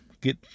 get